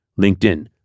LinkedIn